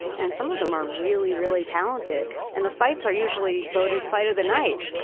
and some of them are really really talented. and the fights are usually voted fight of the night.